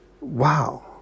Wow